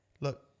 Look